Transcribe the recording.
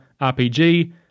RPG